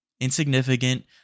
Insignificant